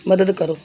ਮਦਦ ਕਰੋ